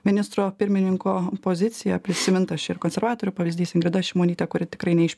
ministro pirmininko poziciją prisimintas čia ir konservatorių pavyzdys ingrida šimonytė kuri tikrai ne iš